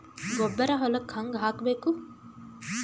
ಗೊಬ್ಬರ ಹೊಲಕ್ಕ ಹಂಗ್ ಹಾಕಬೇಕು?